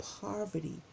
poverty